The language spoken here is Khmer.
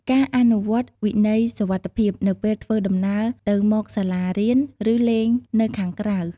ការអនុវត្តវិន័យសុវត្ថិភាពនៅពេលធ្វើដំណើរទៅមកសាលារៀន ឬលេងនៅខាងក្រៅ។